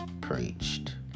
preached